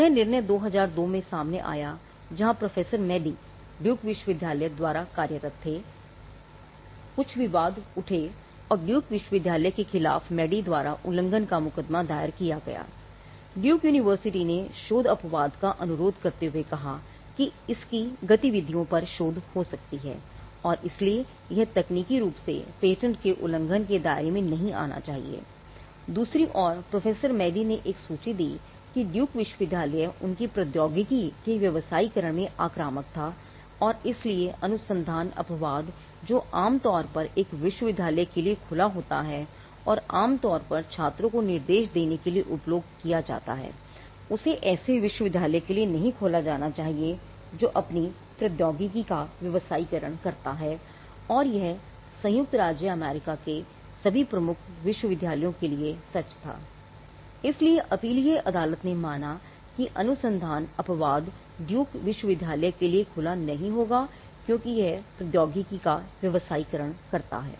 यह निर्णय 2002 में सामने आया जहां प्रोफेसर मैडी के लिए खुला नहीं होगा क्योंकि यह प्रौद्योगिकी का व्यवसायीकरण करता है